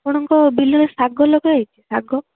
ଆପଣଙ୍କ ବିଲରେ ଶାଗ ଲଗା ହେଇଛି ଶାଗ